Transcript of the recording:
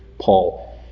Paul